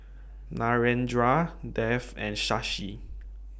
Narendra Dev and Shashi